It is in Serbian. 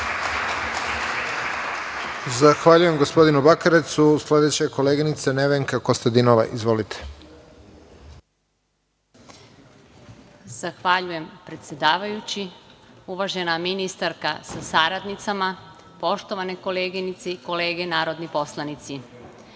Zahvaljujem gospodinu Bakarecu. Sledeća je koleginica Nevenka Kostadinova. Izvolite. **Nevenka Kostadinova** Zahvaljujem, predsedavajući. Uvažena ministarka sa saradnicama, poštovane koleginice i kolege narodni poslanici,